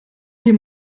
dir